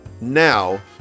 now